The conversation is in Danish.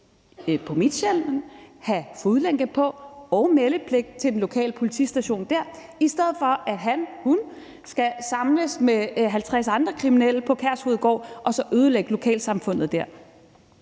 på Midtsjælland, have fodlænke på og have meldepligt til den lokale politistation, i stedet for at han eller hun skal samles med 50 andre kriminelle på Kærshovedgård og så ødelægge lokalsamfundet der.